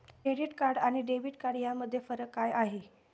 Credit card आणि debit card यामध्ये काय फरक आहे?